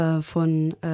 Von